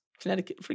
Connecticut